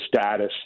status